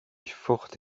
fortes